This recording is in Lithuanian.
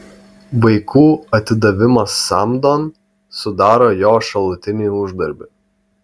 vaikų atidavimas samdon sudaro jo šalutinį uždarbį